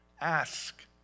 Ask